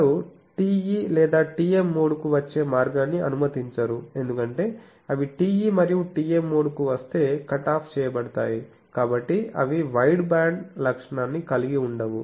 వారు TE లేదా TM మోడ్కు వచ్చే మార్గాన్ని అనుమతించరు ఎందుకంటే అవి TE మరియు TM మోడ్కు వస్తే కటాఫ్ చేయబడతాయి కాబట్టి అవి వైడ్బ్యాండ్ లక్షణాన్ని కలిగి ఉండవు